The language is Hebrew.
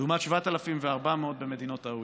לעומת 7,400 במדינות ה-OECD.